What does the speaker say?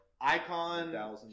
Icon